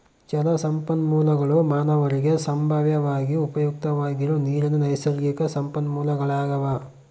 ಜಲಸಂಪನ್ಮೂಲಗುಳು ಮಾನವರಿಗೆ ಸಂಭಾವ್ಯವಾಗಿ ಉಪಯುಕ್ತವಾಗಿರೋ ನೀರಿನ ನೈಸರ್ಗಿಕ ಸಂಪನ್ಮೂಲಗಳಾಗ್ಯವ